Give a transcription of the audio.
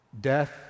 Death